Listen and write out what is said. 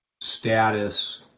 status